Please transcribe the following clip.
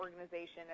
Organization